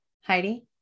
Heidi